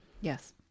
Yes